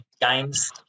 games